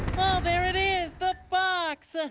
ah, there it is, the box! ah